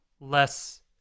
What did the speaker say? less